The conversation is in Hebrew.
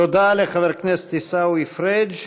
תודה לחבר הכנסת עיסאווי פריג'.